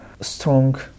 strong